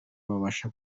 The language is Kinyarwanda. babasha